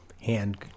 hand